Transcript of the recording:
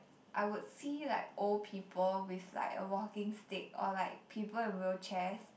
I would see like old people with like a walking stick or like people in wheelchairs